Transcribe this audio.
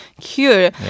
cure